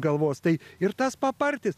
galvos tai ir tas papartis